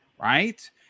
Right